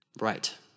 Right